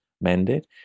mended